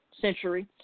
century